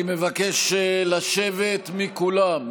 אני מבקש לשבת, מכולם.